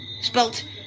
spelt